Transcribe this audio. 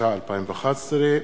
התשע"א 2011,